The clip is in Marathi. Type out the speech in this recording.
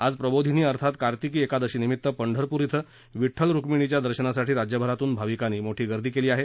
आज प्रबोधिनी अर्थात कार्तिकी एकादशीनिमित्त पंढरपूर विड्ठल रुक्मिणीच्या दर्शनासाठी राज्यभरातून भाविकांनी मोठी गर्दी केली आहे